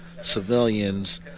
civilians